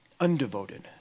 undevoted